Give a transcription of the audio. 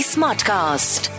Smartcast